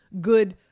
Good